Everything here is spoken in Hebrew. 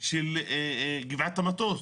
של גבעת המטוס,